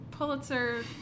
Pulitzer